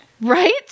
Right